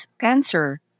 cancer